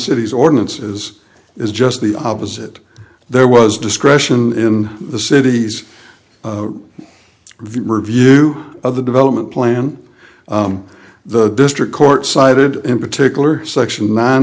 city's ordinances is just the opposite there was discretion in the cities review of the development plan the district court cited in particular section n